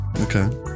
Okay